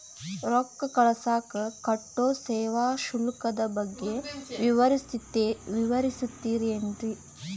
ರೊಕ್ಕ ಕಳಸಾಕ್ ಕಟ್ಟೋ ಸೇವಾ ಶುಲ್ಕದ ಬಗ್ಗೆ ವಿವರಿಸ್ತಿರೇನ್ರಿ?